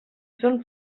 són